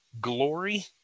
glory